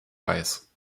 eis